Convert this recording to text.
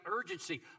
urgency